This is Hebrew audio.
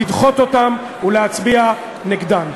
לדחות אותן ולהצביע נגדן.